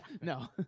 No